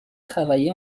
travaillé